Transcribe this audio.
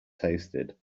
tasted